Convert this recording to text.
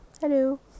Hello